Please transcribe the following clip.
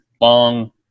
long